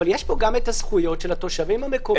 אבל יש פה גם הזכויות של התושבים המקומיים.